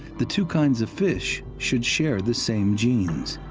the two kinds of fish should share the same genes,